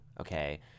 okay